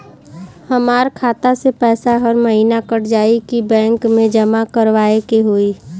हमार खाता से पैसा हर महीना कट जायी की बैंक मे जमा करवाए के होई?